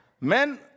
Men